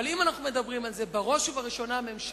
אבל אם אנחנו מדברים על זה, בראש ובראשונה הממשלה,